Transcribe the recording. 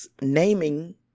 naming